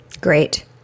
Great